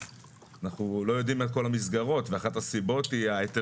אנחנו לא יודעים על כל המסגרות ואחת הסיבות היא היתר